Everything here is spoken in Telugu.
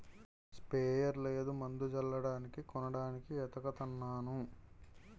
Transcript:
స్పెయర్ లేదు మందు జల్లడానికి కొనడానికి ఏతకతన్నాను